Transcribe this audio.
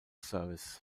service